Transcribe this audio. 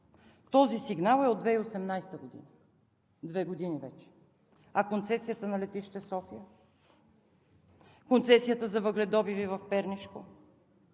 Този сигнал е от 2018 г., вече две години! А концесията на летище София? Концесията за въгледобиви в Пернишко?